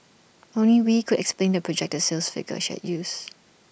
only wee could explain the projected sales figure she had used